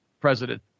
President